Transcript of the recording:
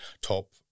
top